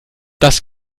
das